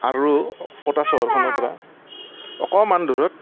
আৰু ক'টা চহৰৰ পৰা অকণমান দূৰত